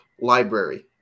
library